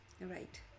Right